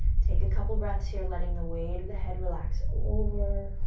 take a couple breaths here, letting the weight of the head relax over.